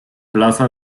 plaza